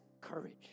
courage